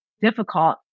difficult